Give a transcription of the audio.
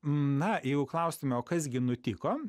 na jeigu klaustume o kas gi nutiko